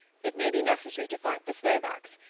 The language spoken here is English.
it may be necessary to fight the slovaks,